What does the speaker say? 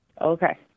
Okay